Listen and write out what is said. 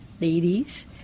ladies